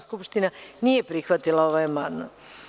skupština nije prihvatila ovaj amandman.